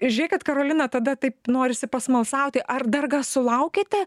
žiūrėk kad karolina tada taip norisi pasmalsauti ar dar ga sulaukiate